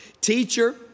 Teacher